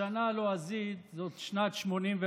השנה הלועזית היא שנת 1984,